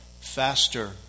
faster